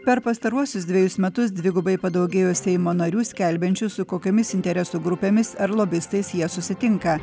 per pastaruosius dvejus metus dvigubai padaugėjo seimo narių skelbiančių su kokiomis interesų grupėmis ar lobistais jie susitinka